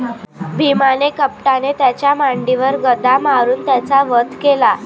भीमाने कपटाने त्याच्या मांडीवर गदा मारून त्याचा वध केला